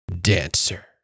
dancer